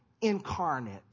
incarnate